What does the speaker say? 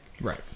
Right